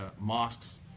mosques